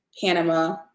Panama